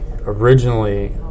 originally